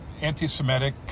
anti-Semitic